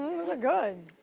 good.